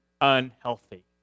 unhealthy